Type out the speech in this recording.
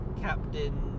Captain